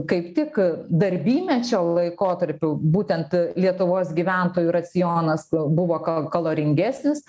kaip tik darbymečio laikotarpiu būtent lietuvos gyventojų racionas buvo ka kaloringesnis